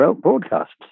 broadcasts